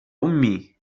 أمي